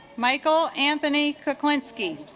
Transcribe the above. michael anthony kuklinski